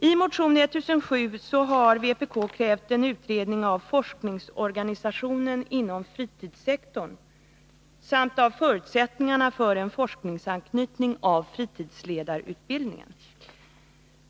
I motion 1007 har vpk krävt en utredning av forskningsorganisationen inom fritidssektorn samt av förutsättningarna för en forskningsanknytning av fritidsledarutbildningen.